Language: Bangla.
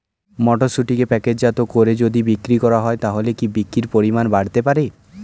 মটরশুটিকে প্যাকেটজাত করে যদি বিক্রি করা হয় তাহলে কি বিক্রি পরিমাণ বাড়তে পারে?